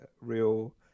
real